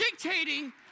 dictating